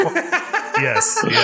Yes